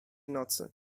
nocy